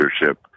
leadership